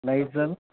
Lysol